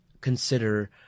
consider